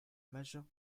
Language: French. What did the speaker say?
majeure